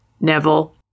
neville